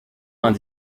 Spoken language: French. vingt